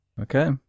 Okay